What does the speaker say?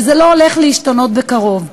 וזה לא הולך להשתנות בקרוב.